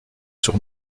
sur